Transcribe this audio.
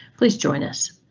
please join us.